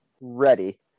ready